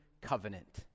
Covenant